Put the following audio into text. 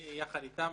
יחד איתם,